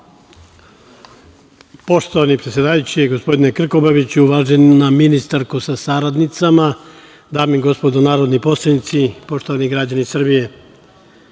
Hvala. Poštovani predsedavajući, gospodine Krkobabiću, uvažena ministarsko sa saradnicama, dame i gospodo narodni poslanici, poštovani građani Srbije,